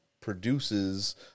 produces